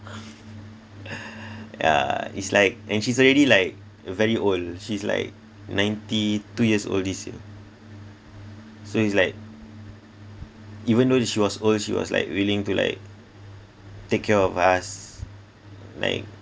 yeah it's like and she's already like very old she's like ninety two years old this year so it's like even though she was she was like willing to like take care of us like